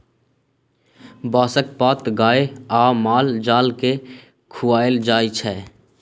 बाँसक पात गाए आ माल जाल केँ खुआएल जाइ छै